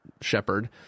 Shepard